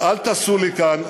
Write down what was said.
אל תעשו לי כאן,